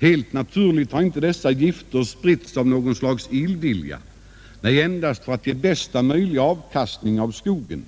Helt naturligt har inte dessa gifter spritts av något slags illvilja, nej endast för att ge förutsättningar för bästa möjliga avkastning för skogen.